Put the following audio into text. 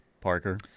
Parker